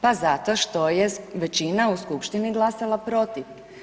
Pa zato što je većina u skupštini glasala protiv.